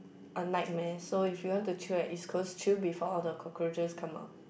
a nightmare so if you want to chill at East-Coast chill before all the cockroaches come out